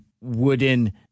wooden